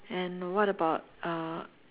and what about uh